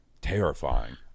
Terrifying